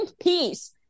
peace